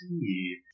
see